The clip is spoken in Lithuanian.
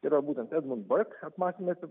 yra būtent edmund berk apmąstymai apie